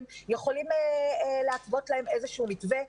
יכולים להתוות להם איזה שהוא מתווה,